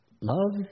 love